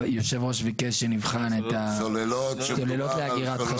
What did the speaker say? יושב הראש ביקש שנבחן --- מדובר על סוללות לאגירה